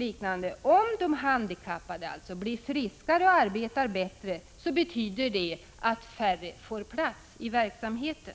in. Om de handikappade blir friskare och arbetar bättre betyder det i längden att färre får plats i verksamheten.